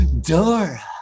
Dora